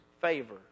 favor